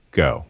go